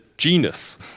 Genus